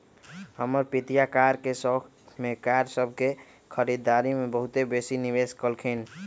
हमर पितिया कार के शौख में कार सभ के खरीदारी में बहुते बेशी निवेश कलखिंन्ह